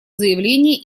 заявление